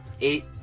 eight